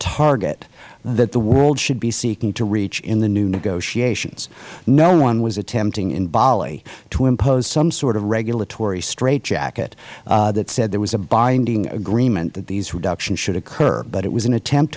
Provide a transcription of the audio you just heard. that the world should be seeking to reach in the new negotiations no one was attempting in bali to impose some sort of regulatory straightjacket that said there was a binding agreement that these reductions should occur but it was an attempt